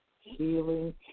healing